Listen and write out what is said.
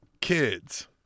kids